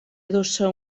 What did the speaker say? adossa